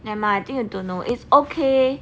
nevermind I think you don't know it's okay